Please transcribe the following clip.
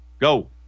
Go